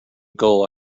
goal